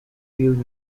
field